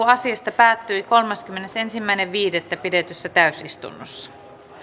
asiasta päättyi kolmaskymmenesensimmäinen viidettä kaksituhattakuusitoista pidetyssä täysistunnossa